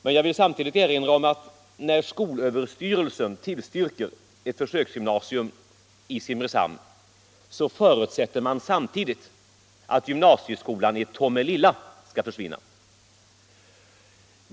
Men jag vill samtidigt erinra om att när skolöverstyrelsen tillstyrker ett försöksgymnasium i Simrishamn förutsätter styrelsen att gymnasieskolan i Tomelilla skall försvinna.